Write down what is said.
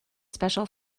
special